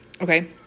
Okay